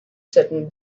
sutton